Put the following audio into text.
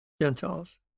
Gentiles